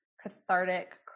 cathartic